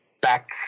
back